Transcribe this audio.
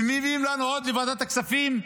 ומביאים לנו עוד לוועדת הכספים,